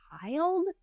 child